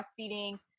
breastfeeding